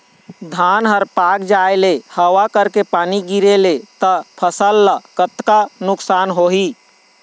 धान हर पाक जाय ले हवा करके पानी गिरे ले त फसल ला कतका नुकसान होही?